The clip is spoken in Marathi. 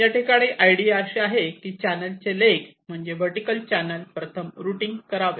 याठिकाणी आयडिया अशी आहे की चॅनलचे लेग म्हणजे वर्टीकल चॅनल प्रथम रुटींग करावे